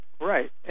Right